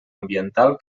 ambiental